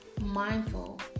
mindful